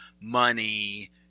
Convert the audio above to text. money